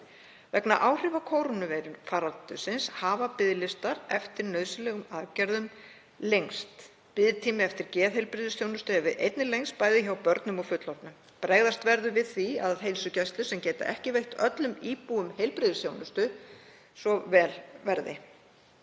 Vegna áhrifa kórónuveirufaraldursins hafa biðlistar eftir nauðsynlegum aðgerðum lengst. Biðtími eftir geðheilbrigðisþjónustu hefur einnig lengst bæði hjá börnum og fullorðnum. Bregðast verður við því að heilsugæslur geti ekki veitt öllum íbúum heilbrigðisþjónustu svo vel sé.